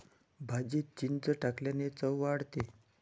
भाजीत चिंच टाकल्याने चव वाढते